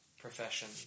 profession